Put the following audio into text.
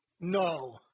No